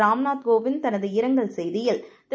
ராம்நாத்கோவிந்த்தனதுஇரங்கல் செய்தியில் திரு